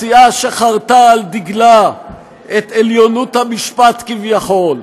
הסיעה שחרטה על דגלה את עליונות המשפט, כביכול,